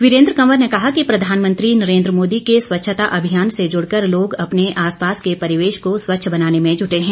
वीरेंद्र कंवर ने कहा कि प्रधानमंत्री नरेंद्र मोदी के स्वच्छता अभियान से जुड़ कर लोग अपने आसपास के परिवेश को स्वच्छ बनाने में जुटे है